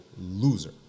loser